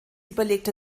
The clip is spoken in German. überlegt